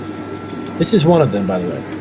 this is one of them, by the way.